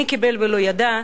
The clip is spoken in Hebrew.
מי קיבל ולא ידע,